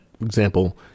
example